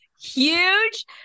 Huge